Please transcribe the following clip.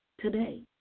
today